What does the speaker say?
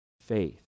faith